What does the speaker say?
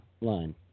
line